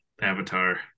Avatar